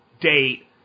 date